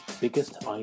biggest